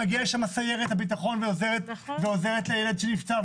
מגיעה לשם סיירת הביטחון ועוזרת לילד שנפצע.